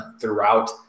throughout